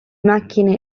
macchine